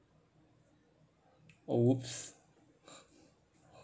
oh !oops!